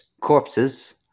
corpses